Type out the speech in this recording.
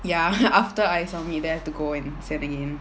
ya after I submit then have to go and send again